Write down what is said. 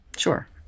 Sure